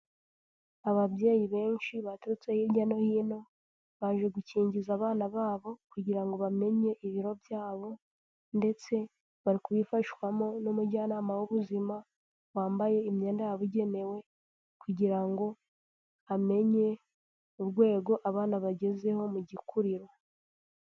Ababyeyi benshi baturutse hirya no hino, baje gukingiza abana babo kugira bamenye ibiro byabo ndetse bari kubifashwamo n'umujyanama w'ubuzima wambaye imyenda yabugenewe kugira ngo amenye urwego abana bagezeho mu gikuriro.